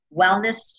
wellness